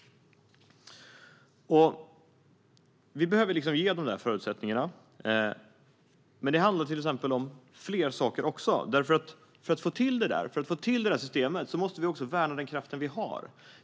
Vi behöver ge förutsättningarna. Men det handlar om fler saker. För att vi ska få till det där systemet måste vi också värna den kraft vi har.